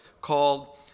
called